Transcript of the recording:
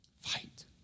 Fight